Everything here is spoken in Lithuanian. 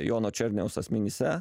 jono černiaus asmenyse